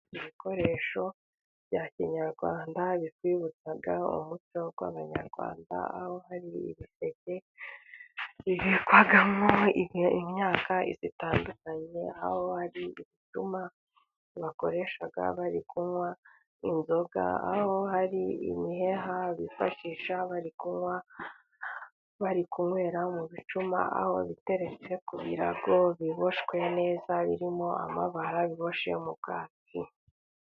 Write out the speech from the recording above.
Ibikoresho bya kinyarwanda bikwibutsa umuco w'abanyarwanda aho hari ibiseke bibikwamo imyaka itandukanye, aho hari ibituma bakoresha bari kunywa inzoga, aho hari imiheha bifashisha bari kuba bari kunywera mu bicuma, aho biteretse kugira ngo biboshwe neza birimo amabara biboshe umubwatsi.